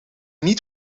niet